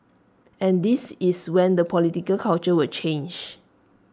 and this is when the political culture will change